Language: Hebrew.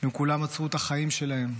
הם כולם עצרו את החיים שלהם.